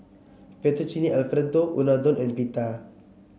Fettuccine Alfredo Unadon and Pita